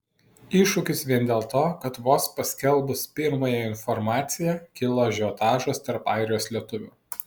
iššūkis vien dėl to kad vos paskelbus pirmąją informaciją kilo ažiotažas tarp airijos lietuvių